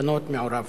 בנות,